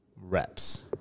reps